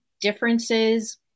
differences